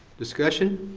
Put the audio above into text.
discussion?